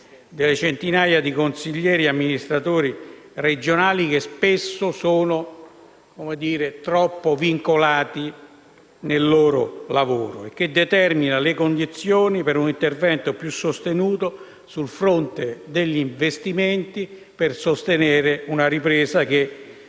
e centinaia di consiglieri e amministratori regionali che spesso sono troppo vincolati nel loro lavoro. Esso determina le condizioni per un intervento più sostenuto sul fronte degli investimenti per sostenere una ripresa che